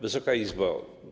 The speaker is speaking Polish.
Wysoka Izbo!